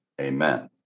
Amen